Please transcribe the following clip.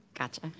Gotcha